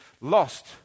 lost